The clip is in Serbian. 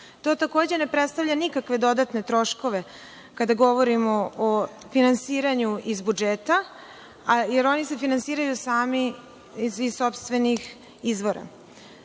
To takođe ne predstavlja nikakve dodatne troškove kada govorimo o finansiranju iz budžeta, jer oni se finansiraju sami iz sopstvenih izvora. Srbiji